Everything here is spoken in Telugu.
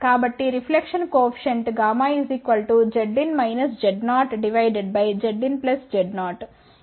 కాబట్టిరిఫ్లెక్షన్ కోఎఫిషియెంట్ Zin Z0ZinZ0jX Z0jXZ0